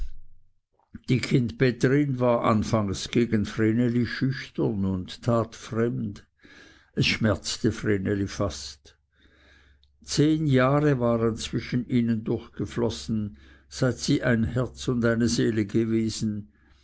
die kindbetterin war anfangs gegen vreneli schüchtern und tat fremd es schmerzte vreneli fast zehn jahre waren zwischen ihnen durchgeflossen seit sie ein herz und eine seele gewesen